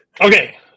Okay